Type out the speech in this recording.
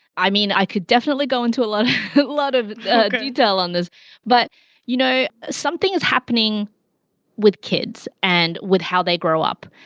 i mean i could definitely go into a lot lot of the detail on this but you know something is happening with kids and with how they grow up.